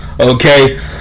Okay